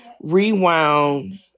rewound